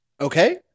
Okay